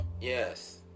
Yes